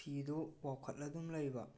ꯐꯤꯗꯨ ꯋꯥꯎꯈꯠꯂꯒ ꯑꯗꯨꯝ ꯂꯩꯕ